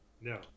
No